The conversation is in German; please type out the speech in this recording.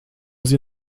sie